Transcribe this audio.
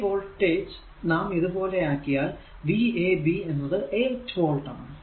ഈ വോൾടേജ് നാം ഇത് പോലെ ആക്കിയാൽ v a b എന്നത് 8 വോൾട് ആണ്